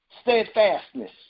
steadfastness